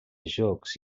jocs